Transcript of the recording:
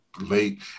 late